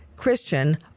christian